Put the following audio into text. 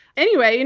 anyway, and